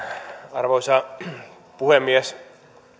arvoisa puhemies